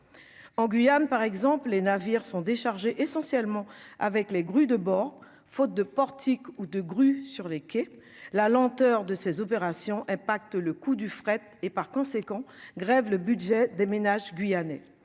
en Guyane par exemple les navires sont déchargés essentiellement avec les grues de bord faute de portique ou de grue sur les quais, la lenteur de ces opérations, impacte le coût du fret et par conséquent grèvent le budget des ménages guyanais,